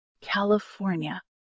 California